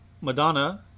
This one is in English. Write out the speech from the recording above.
Madonna